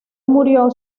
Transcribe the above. murió